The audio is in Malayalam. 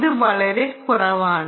ഇത് വളരെ കുറവാണ്